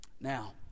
Now